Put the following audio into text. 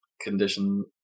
condition